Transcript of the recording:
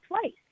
place